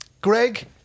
Greg